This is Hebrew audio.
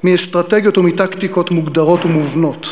מאסטרטגיות ומטקטיקות מוגדרות ומובנות.